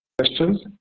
questions